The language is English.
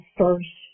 first